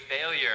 failure